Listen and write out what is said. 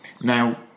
Now